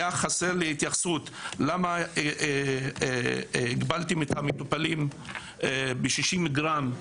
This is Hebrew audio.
היה חסר לי ההתייחסות למה הגבלתם את המטופלים ב-60 גרם?